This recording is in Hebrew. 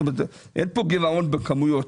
זאת אומרת אין פה גירעון בכמויות,